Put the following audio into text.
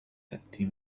تأتي